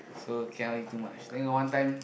so cannot eat too much then got one time